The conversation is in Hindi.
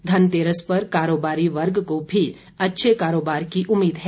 धनतेरस पर कारोबारी वर्ग को भी अच्छे कारोबार की उम्मीद है